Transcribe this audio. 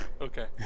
Okay